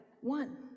one